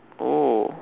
oh